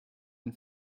ein